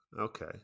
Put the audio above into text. Okay